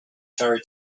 ferry